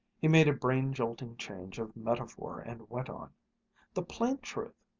he made a brain-jolting change of metaphor and went on the plain truth,